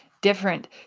different